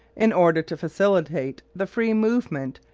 in order to facilitate the free movement,